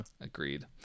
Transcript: agreed